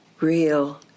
real